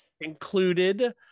included